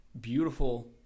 beautiful